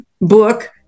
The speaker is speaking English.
book